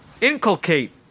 inculcate